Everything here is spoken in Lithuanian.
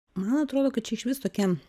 man atrodo kad išviso tokia